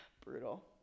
Brutal